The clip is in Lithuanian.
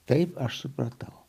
taip aš supratau